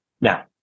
now